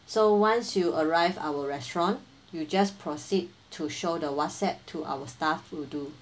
so once you arrive our restaurant you just proceed to show the whatsapp to our staff will do